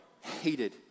hated